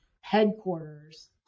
headquarters